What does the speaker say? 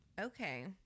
Okay